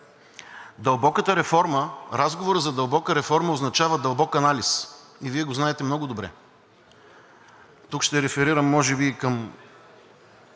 разговорът за дълбоката реформа означава дълбок анализ и Вие го знаете много добре. Тук ще реферирам може би и към